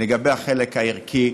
לגבי החלק הערכי,